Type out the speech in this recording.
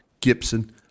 Gibson